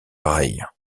pareilles